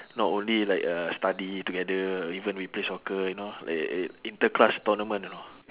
not only like uh study together even we play soccer you know like uh inter-class tournament you know